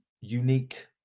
unique